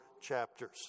chapters